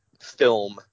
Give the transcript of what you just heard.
film